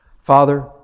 Father